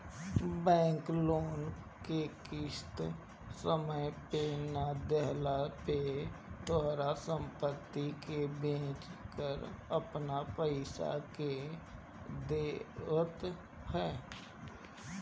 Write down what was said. bank loan के किस्त समय पे ना देहला पे तोहार सम्पत्ति के बेच के आपन पईसा ले लेवत ह